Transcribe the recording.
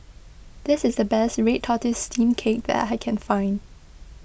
this is the best Red Tortoise Steamed Cake that I can find